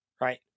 right